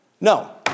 No